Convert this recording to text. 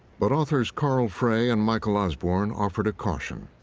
but authors carl frey and michael osborne offered a caution.